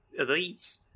elites